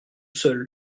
seul